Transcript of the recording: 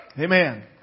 Amen